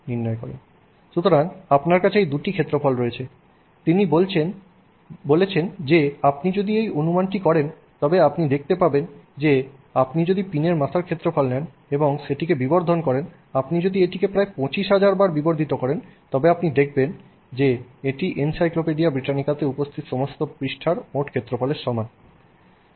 সুতরাং আপনার কাছে এই দুটি ক্ষেত্রফল রয়েছে তিনি বলেছেন যে আপনি যদি এই অনুমানটি করেন তবে আপনি দেখতে পাবেন যে আপনি যদি পিনের মাথার ক্ষেত্রফল নেন এবং সেটিকে বিবর্তিত করেন আপনি যদি এটি প্রায় 25000 বার বিবর্ধিত করেন তবে আপনি দেখবেন যে এটি এনসাইক্লোপিডিয়া ব্রিটানিকাতে উপস্থিত সমস্ত পৃষ্ঠার মোট ক্ষেত্রফলের সমান